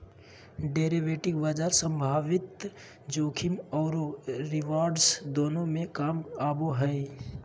derivative बाजार संभावित जोखिम औरो रिवार्ड्स दोनों में काम आबो हइ